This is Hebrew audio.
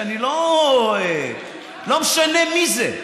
אני לא, לא משנה מי זה.